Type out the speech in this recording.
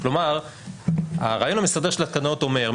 כלומר הרעיון המסדר של התקנות אומר,